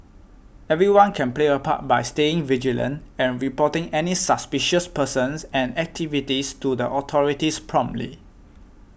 everyone can play a part by staying vigilant and reporting any suspicious persons and activities to the authorities promptly